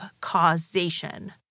causation